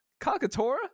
Kakatora